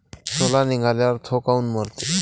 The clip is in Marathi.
सोला निघाल्यावर थो काऊन मरते?